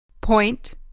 point